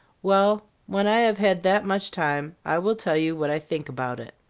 well, when i have had that much time, i will tell you what i think about it.